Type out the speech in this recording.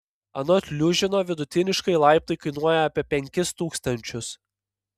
anot liužino vidutiniškai laiptai kainuoja apie penkis tūkstančius